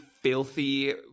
filthy